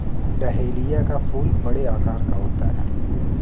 dahlia का फूल बड़े आकार का होता है